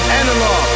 analog